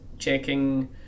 checking